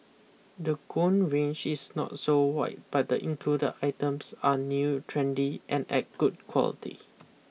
the gown range is not so wide but the included items are new trendy and at good quality